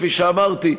כפי שאמרתי,